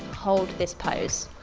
hold this pose.